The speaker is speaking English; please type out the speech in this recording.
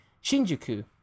Shinjuku